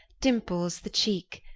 dimples the cheek,